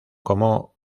como